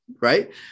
right